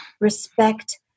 respect